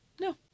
No